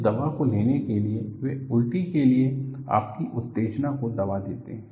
उस दवा को लेने के लिए वे उल्टी के लिए आपकी उत्तेजना को दबा देते हैं